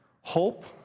Hope